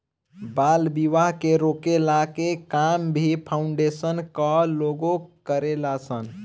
बाल विवाह के रोकला के काम भी फाउंडेशन कअ लोग करेलन सन